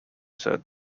said